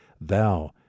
thou